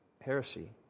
heresy